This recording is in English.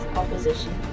opposition